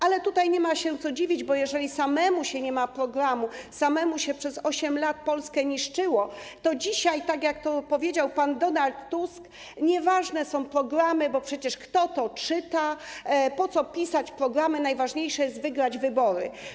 Ale nie ma się co dziwić, bo jeżeli samemu się nie ma programu, samemu się przez 8 lat Polskę niszczyło, to dzisiaj, tak jak to powiedział pan Donald Tusk, nieważne są programy, bo przecież kto to czyta, po co pisać programy, najważniejsze jest wygrać wybory.